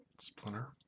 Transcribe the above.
splinter